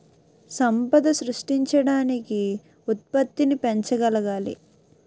సంపద సృష్టించడానికి ఉత్పత్తిని పెంచగలగాలి